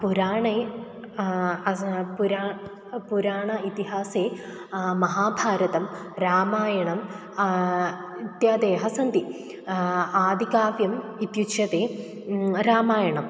पुराणे पुरा पुराणेतिहासे महाभारतं रामायणम् इत्यादयः सन्ति आदिकाव्यम् इत्युच्यते रामायणम्